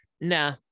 Nah